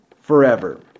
forever